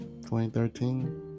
2013